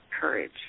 courage